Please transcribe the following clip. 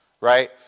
right